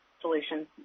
solution